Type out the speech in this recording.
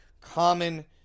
common